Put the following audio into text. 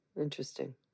Interesting